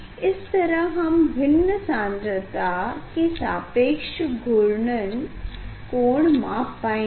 slide देखें 2732 इस तरह हम भिन्न सान्द्रता के सापेक्ष घूर्णन कोण माप पायेंगे